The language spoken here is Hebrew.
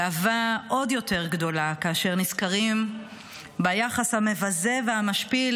הגאווה עוד יותר גדולה כאשר נזכרים ביחס המבזה והמשפיל